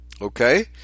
okay